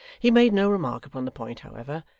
he made no remark upon the point, however,